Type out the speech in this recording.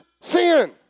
sin